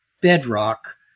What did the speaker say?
bedrock